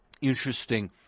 interesting